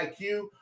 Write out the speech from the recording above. IQ